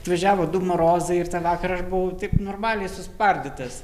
atvažiavo du marozai ir tą vakarą aš buvau taip normaliai suspardytas